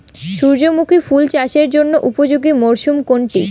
সূর্যমুখী ফুল চাষের জন্য উপযোগী মরসুম কোনটি?